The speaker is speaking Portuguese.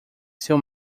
seu